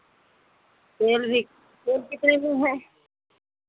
तेल भी तेल कितने में है